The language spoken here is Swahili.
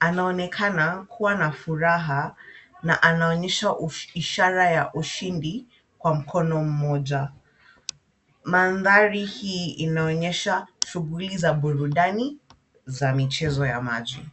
Anaonekana kuwa na furaha na anaonyesha ishara ya ushindi kwa mkono mmoja. Mandhari hii inaonyesha shughuli ya burudani za michezo ya maji.